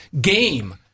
game